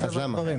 אז למה?